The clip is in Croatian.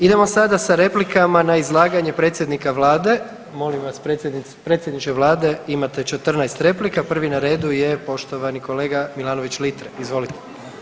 Idemo sada sa replikama na izlaganje predsjednika vlade, molim vas predsjedniče vlade imate 14 replika, prvi na redu je poštovani kolega Milanović Litre, izvolite.